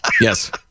Yes